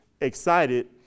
excited